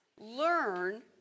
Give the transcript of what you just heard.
Learn